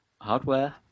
hardware